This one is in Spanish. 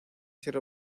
ser